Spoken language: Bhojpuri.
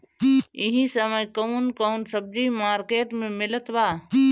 इह समय कउन कउन सब्जी मर्केट में मिलत बा?